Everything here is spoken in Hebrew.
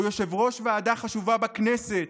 או יושב-ראש ועדה חשובה בכנסת